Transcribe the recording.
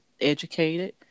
educated